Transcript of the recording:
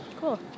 Cool